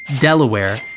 Delaware